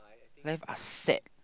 life are sad